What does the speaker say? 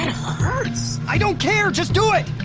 hurts. i don't care, just do it!